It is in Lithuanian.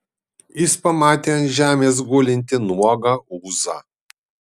jis pamatė ant žemės gulintį nuogą ūzą